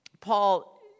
Paul